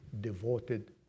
devoted